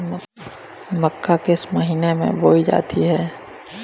मक्का किस महीने में बोई जाती है?